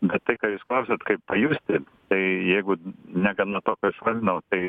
bet tai ką jūs klausiat kaip pajusti tai jeigu negana to ką aš vardinau tai